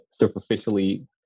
superficially